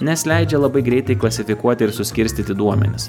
nes leidžia labai greitai klasifikuoti ir suskirstyti duomenis